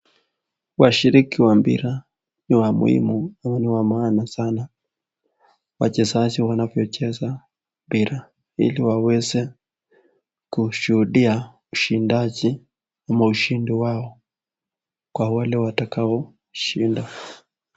Washiriki wa mpira ni wa muhimu wa maana sana wachezaji wanapocheza mpira hili waweze kushudia ushindaji ama ushindi wao Kwa wale watakao shinda.